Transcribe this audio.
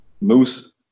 Moose